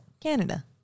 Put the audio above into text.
Canada